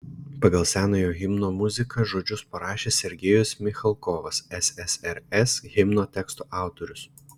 pagal senojo himno muziką žodžius parašė sergejus michalkovas ssrs himno teksto autorius